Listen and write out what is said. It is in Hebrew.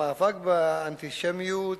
המאבק באנטישמיות,